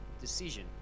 decision